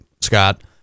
scott